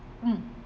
mm